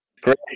Great